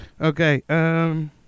Okay